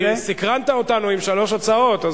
סקרנת אותנו עם שלוש הצעות,